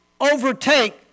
overtake